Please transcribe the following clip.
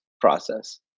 process